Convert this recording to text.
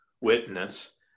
witness